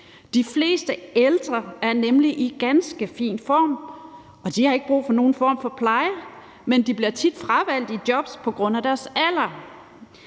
De fleste ældre er nemlig i ganske fin form, og de har ikke brug for nogen form for pleje, men de bliver tit fravalgt i jobs på grund af deres alder.